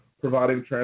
providing